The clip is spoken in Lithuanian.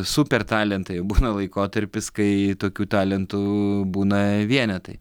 super talentai o būna laikotarpis kai tokių talentų būna vienetai